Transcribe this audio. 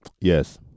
yes